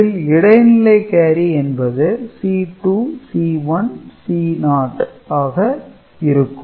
இதில் இடைநிலை காரி என்பது C2 C1 C0 ஆக இருக்கும்